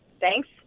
Thanks